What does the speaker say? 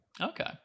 Okay